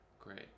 great